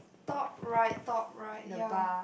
top right top right ya